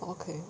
okay